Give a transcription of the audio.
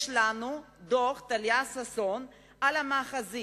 יש לנו דוח טליה ששון על המאחזים,